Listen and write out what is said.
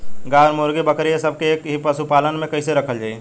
गाय और मुर्गी और बकरी ये सब के एक ही पशुपालन में कइसे रखल जाई?